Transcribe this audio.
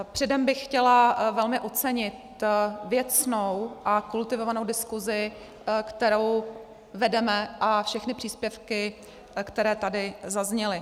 Předem bych chtěla velmi ocenit věcnou a kultivovanou diskusi, kterou vedeme, a všechny příspěvky, které tady zazněly.